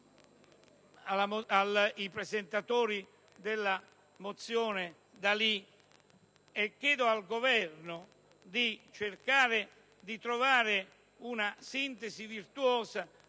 ai presentatori della mozione D'Alì e al Governo di cercare di trovare una sintesi virtuosa